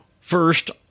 First